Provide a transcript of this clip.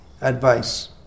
advice